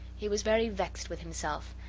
he was very vexed with himself,